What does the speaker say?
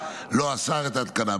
לא אסר את ההתקנה.